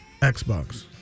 Xbox